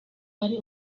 ari